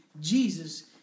Jesus